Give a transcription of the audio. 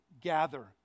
gather